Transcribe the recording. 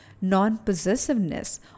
non-possessiveness